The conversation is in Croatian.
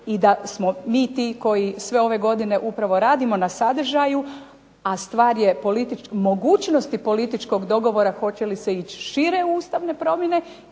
i da smo mi ti koji sve ove godine upravo radimo na sadržaju, a stvar je mogućnosti političkog dogovora hoće li se ići u šire ustavne promjene